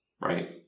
right